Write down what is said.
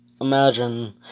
imagine